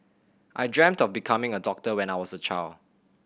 I dreamt of becoming a doctor when I was a child